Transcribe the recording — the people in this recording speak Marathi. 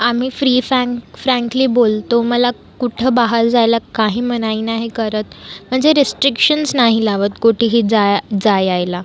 आम्ही फ्री फ्रँक फ्रँकली बोलतो मला कुठं बाहर जायला काही मनाई नाही करत म्हणजे रिस्ट्रीक्शन्स नाही लावत कोठेही जाया जा यायला